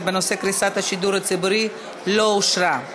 בנושא קריסת השידור הציבורי לא אושרה.